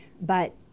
but-